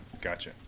gotcha